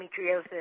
endometriosis